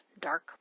dark